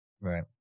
right